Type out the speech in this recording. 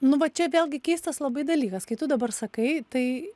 nu va čia vėlgi keistas labai dalykas kai tu dabar sakai tai